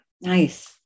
Nice